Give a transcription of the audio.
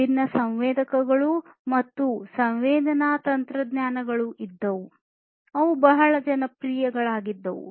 ವಿಭಿನ್ನ ಸಂವೇದಕಗಳು ಮತ್ತು ಸಂವೇದನಾ ತಂತ್ರಜ್ಞಾನಗಳು ಇದ್ದವು ಅವು ಬಹಳ ಜನಪ್ರಿಯವಾಗುತ್ತಿದ್ದವು